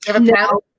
No